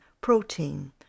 Protein